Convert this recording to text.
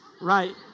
Right